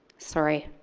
sorry.